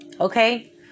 Okay